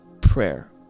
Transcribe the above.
prayer